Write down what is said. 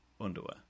underwear